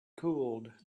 cooled